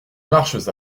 marches